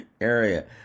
area